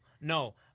No